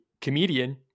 comedian